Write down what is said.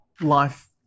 life